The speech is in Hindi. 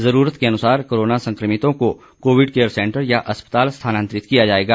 जरूरत के अनुसार कोरोना संक्रमितों को कोविड केयर सेंटर या अस्पताल स्थानांतरित किया जाएगा